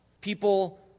People